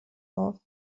auf